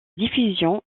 diffusion